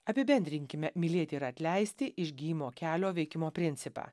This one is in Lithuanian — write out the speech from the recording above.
apibendrinkime mylėti ir atleisti išgijimo kelio veikimo principą